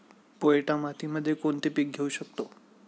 पोयटा मातीमध्ये कोणते पीक घेऊ शकतो?